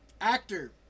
actor